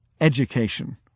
Education